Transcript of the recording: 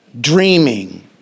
dreaming